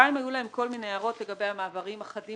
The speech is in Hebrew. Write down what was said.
בנוסף היו להם כל מיני הערות לגבי המעברים החדים